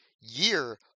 year